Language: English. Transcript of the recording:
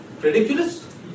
Ridiculous